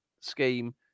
scheme